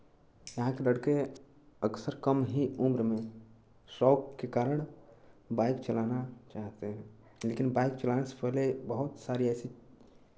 यहाँ के लड़के अक्सर कम ही उम्र में शौक के कारण बाइक चलाना चाहते हैं लेकिन बाइक चलाने से पहले बहुत सारी ऐसी